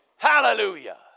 Hallelujah